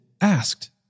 asked